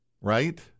right